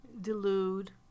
delude